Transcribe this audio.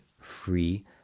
free